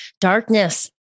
Darkness